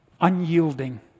unyielding